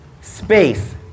space